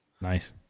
nice